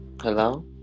Hello